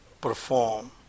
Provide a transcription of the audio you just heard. perform